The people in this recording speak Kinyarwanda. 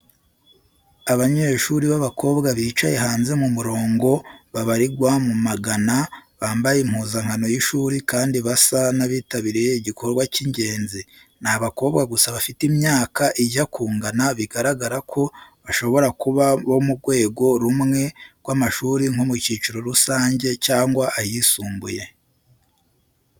Abanyeshuri b’abakobwa bicaye hanze mu murongo babarirwa mu magana, bambaye impuzankano y’ishuri kandi basa n’abitabiriye igikorwa cy’ingenzi. Ni abakobwa gusa bafite imyaka ijya kungana, bigaragaza ko bashobora kuba bo mu rwego rumwe rw’amashuri nko mu cyiciro rusange cyangwa ayisumbuye.